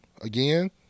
Again